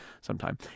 sometime